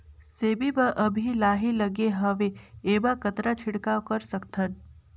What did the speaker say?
सेमी म अभी लाही लगे हवे एमा कतना छिड़काव कर सकथन?